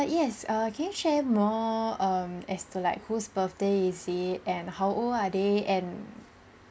~(uh) yes uh can you share more um as to like whose birthday is he and how old are they and